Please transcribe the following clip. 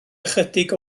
ychydig